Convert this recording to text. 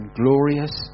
glorious